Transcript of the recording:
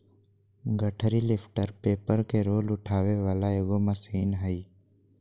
गठरी lifter paper के roll उठावे वाला एगो मशीन हइ